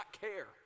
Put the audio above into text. care